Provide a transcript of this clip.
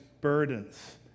burdens